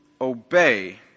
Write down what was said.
obey